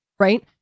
Right